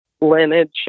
lineage